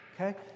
okay